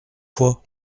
fois